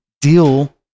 deal